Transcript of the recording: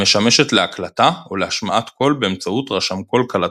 המשמשת להקלטה או להשמעת קול באמצעות רשמקול קלטות.